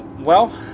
well,